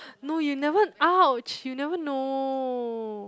no you never !ouch! you never know